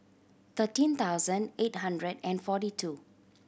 thirteen thousand eight hundred and forty two